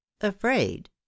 afraid